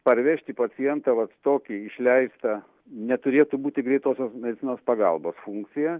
parvežti pacientą vat tokį išleistą neturėtų būti greitosios medicinos pagalbos funkcija